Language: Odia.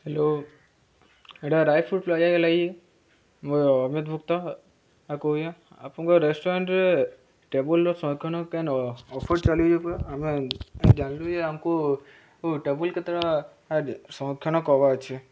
ହ୍ୟାଲୋ ଏଇଟା ରାୟପୁର ପ୍ଲାଜାଵାଲା କି ମୁଁ ଅମିତ ଭୁକ୍ତା କହୁଛେଁ ଆପଣଙ୍କ ରେଷ୍ଟୁରାଣ୍ଟରେ ଟେବୁଲର ସଂରକ୍ଷଣ କେନ୍ ହବ ଅଫର୍ ଚାଲିଛେ ପରା ଆମେ ଜାଣିଲୁ ଯେ ଆମକୁ ଟେବୁଲ୍ କେତେଟା ସଂରକ୍ଷଣ କରବାର୍ ଅଛି